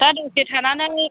दा दसे थानानै